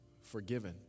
forgiven